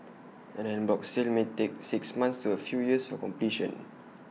an en bloc sale may take six months to A few years for completion